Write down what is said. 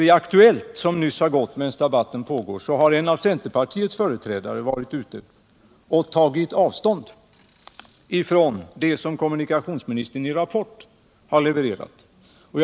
I Aktuellt, som nyss har sänts i TV medan den här debatten pågått, har en av centerpartiets företrädare varit ute och tagit avstånd från det som kommunikationsministern har levererat i Rapport.